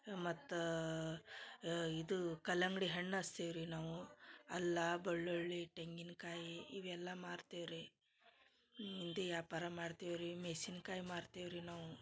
ಮತ್ತು ಇದು ಕಲ್ಲಂಗಡಿ ಹಣ್ಣು ಅಸ್ತೇವ್ ರೀ ನಾವು ಅಲ್ಲಾ ಬೆಳ್ಳುಳ್ಳಿ ತೆಂಗಿನ್ ಕಾಯಿ ಇವೆಲ್ಲ ಮಾರ್ತೆವ ರೀ ಇಂದಿ ವ್ಯಾಪಾರ ಮಾಡ್ತೆವ ರೀ ಮೆಶಿನ್ಕಾಯಿ ಮಾರ್ತೆವ ರೀ ನಾವು